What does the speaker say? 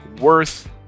worth